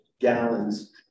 gallons